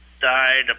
died